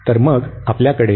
तर मग आपल्याकडे